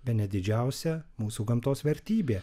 bene didžiausia mūsų gamtos vertybė